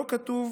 כתוב